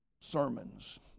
sermons